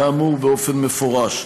כאמור, באופן מפורש.